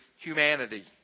humanity